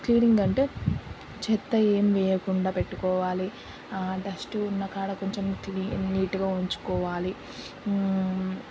cleaning అంటే చెత్త ఏమి వేయకుండా పెట్టుకోవాలి డస్ట్ ఉన్న కాడ కొంచెం క్లీన్ నీటుగా ఉంచుకోవాలి